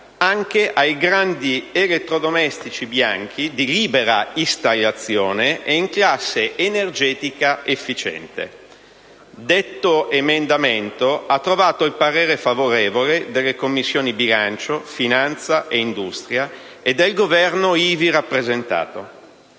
anche ai grandi elettrodomestici bianchi di libera installazione e in classe energetica efficiente. Detto emendamento ha trovato il parere favorevole delle Commissioni bilancio, finanza e industria e del Governo ivi rappresentato.